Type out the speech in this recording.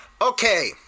Okay